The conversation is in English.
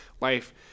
life